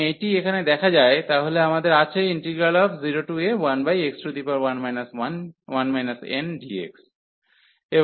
এবং এটি এখানে দেখা যায় তাহলে আমাদের আছে 0a1x1 ndx